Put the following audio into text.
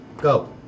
Go